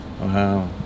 Wow